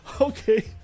Okay